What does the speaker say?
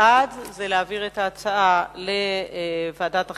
בעד, להעביר את ההצעה לוועדת החינוך,